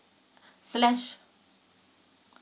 slash